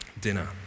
dinner